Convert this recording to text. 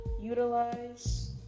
utilize